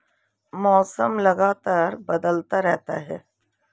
मौसम लगातार बदलता रहता है